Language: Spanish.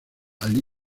ali